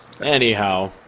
Anyhow